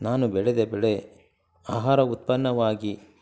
ನಾನು ಬೆಳೆದ ಬೆಳೆ ಆಹಾರ ಉತ್ಪನ್ನವಾಗಿ